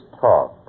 talk